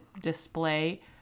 display